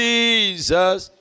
Jesus